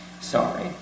Sorry